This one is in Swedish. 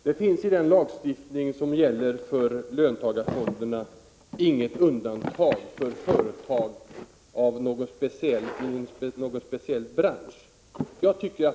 Herr talman! I den lagstiftning som gäller för löntagarfonderna görs det inget undantag för företag i någon speciell bransch.